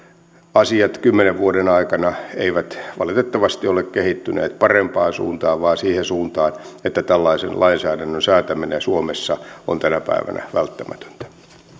asiat kymmenen vuoden aikana eivät valitettavasti ole kehittyneet parempaan suuntaan vaan siihen suuntaan että tällaisen lainsäädännön säätäminen suomessa on tänä päivänä välttämätöntä